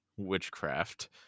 Witchcraft